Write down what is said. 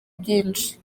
byinshi